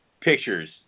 pictures